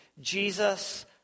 Jesus